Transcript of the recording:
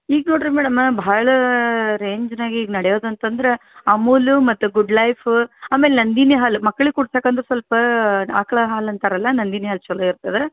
ಈಗ ನೋಡಿರಿ ಮೇಡಮ ಭಾಳ ರೇಂಜ್ನಾಗೆ ಈಗ ನಡೆಯೋದು ಅಂತಂದ್ರೆ ಅಮೂಲು ಮತ್ತು ಗುಡ್ಲೈಫು ಆಮೇಲೆ ನಂದಿನಿ ಹಾಲು ಮಕ್ಳಿಗೆ ಕುಡ್ಸಕ್ಕೆ ಅಂದ್ರೆ ಸ್ವಲ್ಪ ಆಕಳ ಹಾಲು ಅಂತಾರಲ್ವ ನಂದಿನಿ ಹಾಲು ಚೊಲೋ ಇರ್ತದೆ